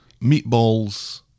Meatballs